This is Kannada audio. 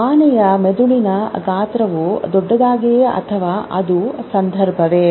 ಆನೆಯ ಮೆದುಳಿನ ಗಾತ್ರವು ದೊಡ್ಡದಾಗಿದೆ ಅಥವಾ ಅದು ಸಂದರ್ಭವೇ